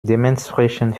dementsprechend